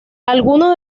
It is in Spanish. algunos